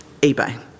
eBay